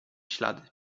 ślady